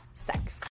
sex